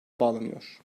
bağlanıyor